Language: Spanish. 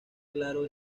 claro